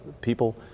people